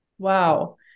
Wow